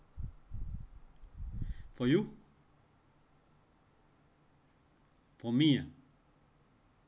for you for me ah